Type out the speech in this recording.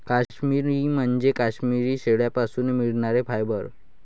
काश्मिरी म्हणजे काश्मिरी शेळ्यांपासून मिळणारे फायबर